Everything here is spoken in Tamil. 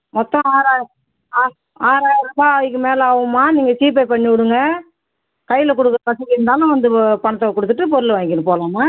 மொத்தம் ஆறாயிரம் ஆ ஆறாயிரூபாய் அதுக்கு மேலே ஆகும்மா நீங்கள் ஜிபே பண்ணிவிடுங்க கையில் கொடுக்க வசதி இருந்தாலும் வந்து பணத்தை கொடுத்துட்டு பொருளை வாங்கிட்டு போகலாம்மா